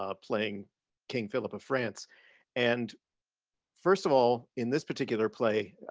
ah playing king philip of france and first of all in this particular play,